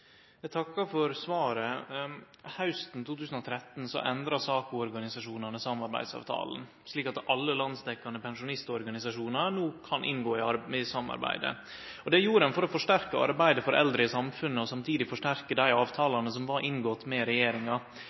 Eg takkar for svaret. Hausten 2013 endra SAKO-organisasjonane samarbeidsavtalen, slik at alle landsdekkjande pensjonistorganisasjonar no kan inngå i samarbeidet. Det gjorde dei for å forsterke arbeidet for eldre i samfunnet og samtidig forsterke dei avtalane som var inngåtte med regjeringa.